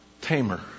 tamer